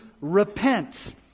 repent